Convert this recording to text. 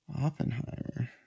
Oppenheimer